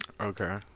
Okay